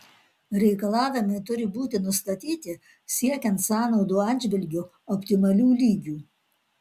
reikalavimai turi būti nustatyti siekiant sąnaudų atžvilgiu optimalių lygių